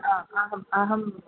अ अहम् अहम्